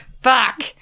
fuck